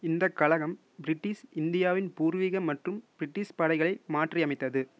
இந்தக் கழகம் பிரிட்டிஷ் இந்தியாவின் பூர்வீக மற்றும் பிரிட்டிஷ் படைகளை மாற்றி அமைத்தது